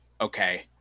okay